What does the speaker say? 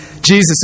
Jesus